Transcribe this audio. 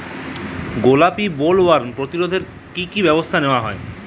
গোলাপী বোলওয়ার্ম প্রতিরোধে কী কী ব্যবস্থা নেওয়া হয়?